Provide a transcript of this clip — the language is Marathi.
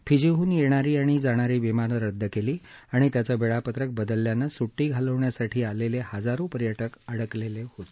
फिजीहून येणारी आणि जाणारी विमानं रद्द केली किंवा त्यांचं वेळापत्रक बदलल्यानं सुड्डी घालवण्यासाठी आलेले हजारो पर्यटक अडकले होते